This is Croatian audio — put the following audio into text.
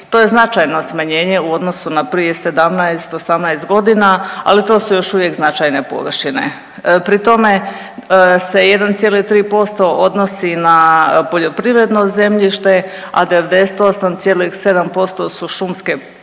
To je značajno smanjenje u odnosu na prije 17, 18 godina, ali to su još uvijek značajne površine. Pri tome se 1,3% odnosi na poljoprivredno zemljište, a 98,7% su šumsko zemljište